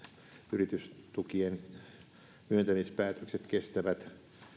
yritystukien myöntämispäätökset kestävät